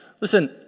Listen